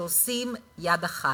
שעושים יד אחת.